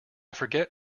forget